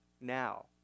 now